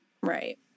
Right